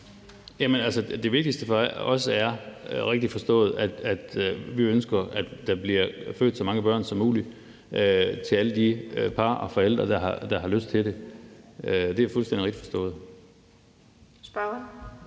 det vigtigste for os er – rigtigt forstået – at der bliver født så mange børn som muligt til alle de par og forældre, der har lyst til det. Det er fuldstændig rigtigt forstået.